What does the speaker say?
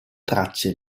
tracce